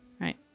right